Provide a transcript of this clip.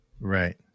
right